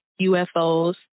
UFOs